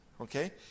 Okay